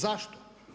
Zašto?